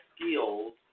skills